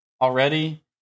already